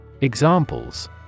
Examples